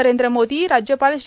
नरेंद्र मोदी राज्यपाल श्री